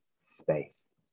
space